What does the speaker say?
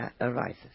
arises